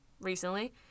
recently